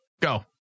go